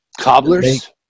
Cobblers